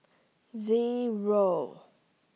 Zero